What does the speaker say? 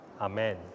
Amen